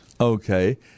Okay